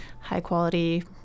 high-quality